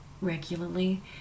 regularly